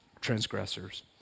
transgressors